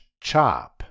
chop